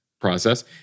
process